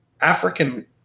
african